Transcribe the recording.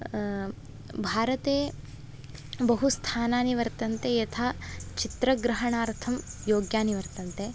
भारते बहुस्थानानि वर्तन्ते यथा चित्रग्रहणार्थं योग्यानि वर्तन्ते